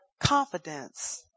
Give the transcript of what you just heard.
Confidence